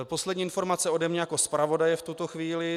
Poslední informace ode mě jako zpravodaje v tuto chvíli.